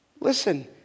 Listen